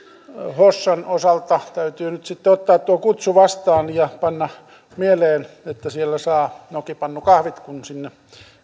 hossan osalta täytyy nyt sitten ottaa tuo kutsu vastaan ja panna mieleen että siellä saa nokipannukahvit kun sinne